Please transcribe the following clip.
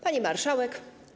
Pani Marszałek!